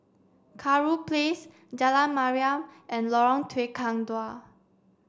Kurau Place Jalan Mariam and Lorong Tukang Dua